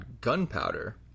gunpowder